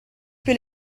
più